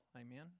Amen